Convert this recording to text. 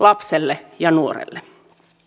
lapselle ja nuorelle